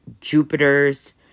Jupiter's